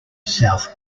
south